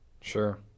Sure